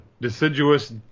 deciduous